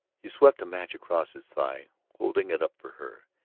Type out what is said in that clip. he swept a match across his thigh, holding it up for her.